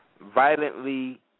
Violently